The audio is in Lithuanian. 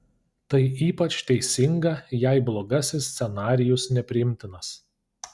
tai ypač teisinga jei blogasis scenarijus nepriimtinas